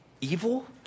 evil